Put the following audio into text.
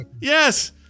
Yes